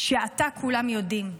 כולם יודעים,